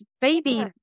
baby